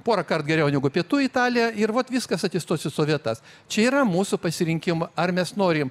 porąkart geriau negu pietų italija ir vot viskas atsistos į savo vietas čia yra mūsų pasirinkim ar mes norim